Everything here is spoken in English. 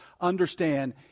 understand